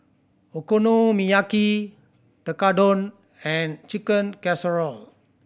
Okonomiyaki Tekkadon and Chicken Casserole